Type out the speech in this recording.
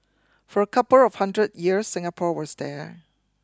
for a couple of hundred years Singapore was there